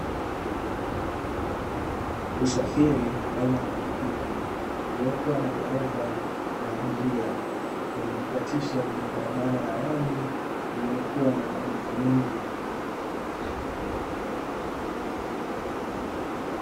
Usafiri aina ya pikipiki uliokuwa na dereva na abiria wenye kukatika kwenye barabara ya lami iliyokua na maduka mengi.